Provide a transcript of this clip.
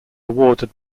awarded